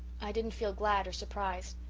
i didn't feel glad or surprised.